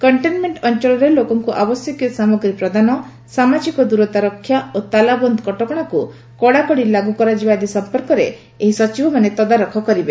କକ୍ଷେନମେକ୍କ ଅଅଳରେ ଲୋକଙ୍କୁ ଆବଶ୍ୟକୀୟ ସାମଗ୍ରୀ ପ୍ରଦାନ ସାମାଜିକ ଦିରତା ରକ୍ଷା ଓ ତାଲାବନ୍ଦ କଟକଶାକୁ କଡାକଡି ଲାଗୁ କରାଯିବା ଆଦି ସମ୍ପର୍କରେ ଏହି ସଚିବମାନେ ତଦାରଖ କରିବେ